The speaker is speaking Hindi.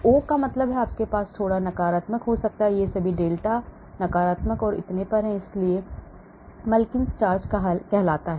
O का मतलब है कि आपके पास थोड़ा नकारात्मक हो सकता है वे सभी डेल्टा नकारात्मक और इतने पर हैं इसलिए इसे Mulliken charge कहा जाता है